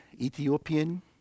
Ethiopian